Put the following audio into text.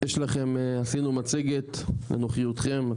עשינו מצגת לנוחיותכם.